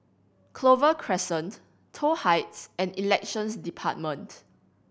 Clover Crescent Toh Heights and Elections Department